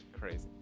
crazy